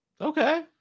okay